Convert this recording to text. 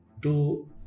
two